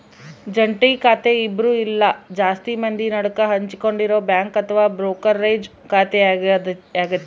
ಜಂಟಿ ಖಾತೆ ಇಬ್ರು ಇಲ್ಲ ಜಾಸ್ತಿ ಮಂದಿ ನಡುಕ ಹಂಚಿಕೊಂಡಿರೊ ಬ್ಯಾಂಕ್ ಅಥವಾ ಬ್ರೋಕರೇಜ್ ಖಾತೆಯಾಗತೆ